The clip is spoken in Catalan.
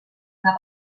una